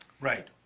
Right